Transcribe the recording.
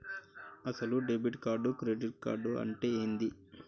అసలు debit card credit card అంటే ఏంది?